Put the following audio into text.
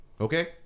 Okay